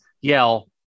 yell